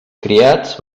criats